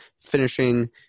finishing